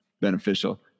beneficial